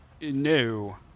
No